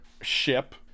ship